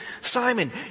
Simon